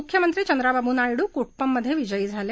मुख्यमंत्री चंद्राबाबू नायडू कुप्पम मध्ये विजयी झाले